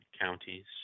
counties